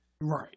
Right